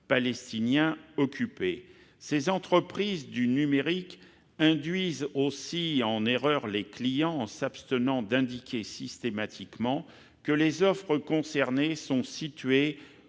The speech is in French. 2019 intitulé, ces entreprises du numérique induisent en erreur leurs clients, en s'abstenant d'indiquer systématiquement que les offres concernées sont situées